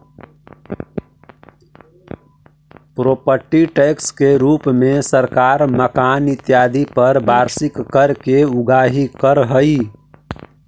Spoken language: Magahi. प्रोपर्टी टैक्स के रूप में सरकार मकान इत्यादि पर वार्षिक कर के उगाही करऽ हई